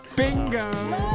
Bingo